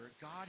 god